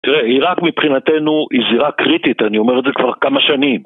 תראה, עיראק מבחינתנו היא זירה קריטית, אני אומר את זה כבר כמה שנים.